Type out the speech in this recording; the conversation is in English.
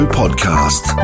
podcast